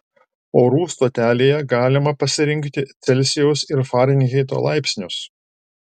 orų stotelėje galima pasirinkti celsijaus ir farenheito laipsnius